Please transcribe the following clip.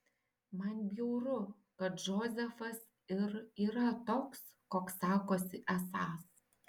man bjauru kad džozefas ir yra toks koks sakosi esąs